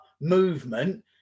movement